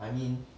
I mean